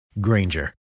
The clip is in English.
Granger